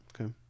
Okay